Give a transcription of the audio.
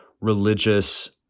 religious